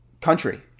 country